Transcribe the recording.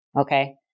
Okay